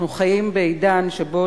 אנחנו חיים בעידן שבו,